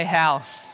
house